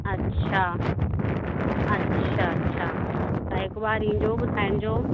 अच्छा अच्छा अच्छा हा हिक बार ईंजो ॿुधाइजो